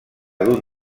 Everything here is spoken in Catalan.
d’un